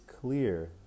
clear